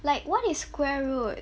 like what is square root